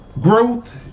Growth